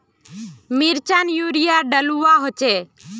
मिर्चान यूरिया डलुआ होचे?